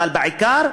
אבל בעיקר,